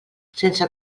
sense